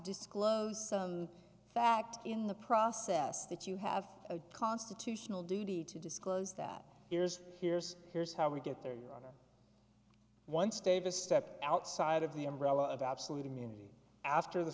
disclose some fact in the process that you have a constitutional duty to disclose that here's here's here's how we get there you are one state a step outside of the umbrella of absolute immunity after the